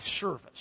service